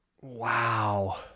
Wow